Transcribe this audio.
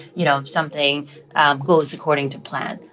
you know, something goes according to plan,